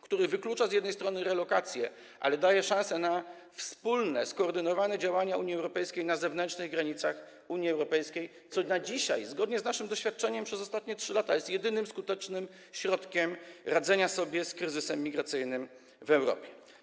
który wyklucza z jednej strony relokację, ale daje szansę na wspólne skoordynowane działania Unii Europejskiej na zewnętrznych granicach Unii Europejskiej, co zgodnie z naszym doświadczeniem zdobywanym przez ostatnie 3 lata na dzisiaj jest jedynym skutecznym środkiem radzenia sobie z kryzysem migracyjnym w Europie.